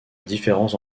différents